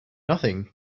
nothing